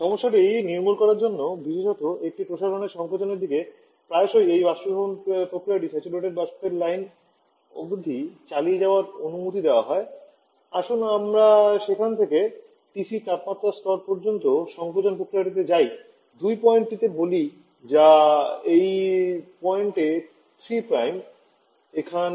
সমস্যাটি নির্মূল করার জন্য বিশেষত একটি প্রসারণের সংকোচকের দিকে প্রায়শই এই বাষ্পীভবন প্রক্রিয়াটি স্যাচুরেটেড বাষ্পের লাইন অবধি চালিয়ে যাওয়ার অনুমতি দেওয়া হয় আসুন আমরা সেখান থেকে টিসির তাপমাত্রা স্তর পর্যন্ত সংকোচন প্রক্রিয়াটিতে যাই 2 পয়েন্টটি বলি যা এটি এই পয়েন্ট 3